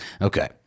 Okay